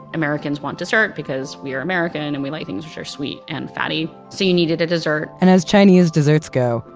americans want dessert because we are american and we like things which are sweet and fatty, so you needed a dessert and as chinese desserts go,